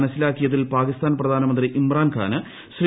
മനസ്സിലാക്കിയതിൽ പാകിസ്ഥാൻ പ്രധാനമന്ത്രി ഇമ്രാൻ ഖാന് ശ്രീ